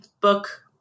book